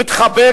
מתחבק,